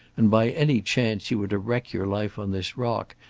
and by any chance you were to wreck your life on this rock,